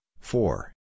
four